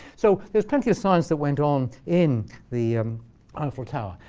so there's plenty of science that went on in the eiffel tower.